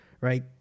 right